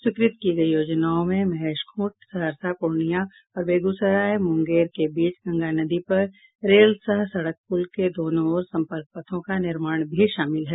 स्वीकृत की गयी योजनाओं में महेशख्र्ंट सहरसा पुर्णियां और बेगूसराय मुंगेर के बीच गंगा नदी पर रेल सह सड़क पुल के दोनों ओर सम्पर्क पथों का निर्माण भी शामिल है